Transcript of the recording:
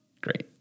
great